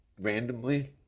randomly